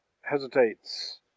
hesitates